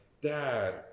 dad